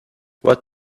what